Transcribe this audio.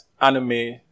anime